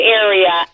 area